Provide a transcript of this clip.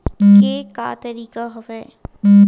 के का तरीका हवय?